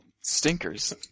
stinkers